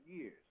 years